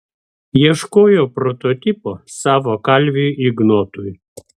ieškojo prototipo savo kalviui ignotui